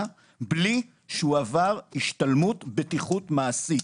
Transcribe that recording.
בלי שהוא עבר השתלמות בטיחות מעשית.